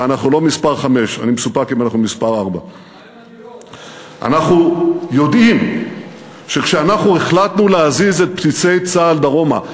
ואנחנו לא מספר 5. אני מסופק אם אנחנו מספר 4. אנחנו יודעים שכשהחלטנו להזיז את בסיסי צה"ל דרומה,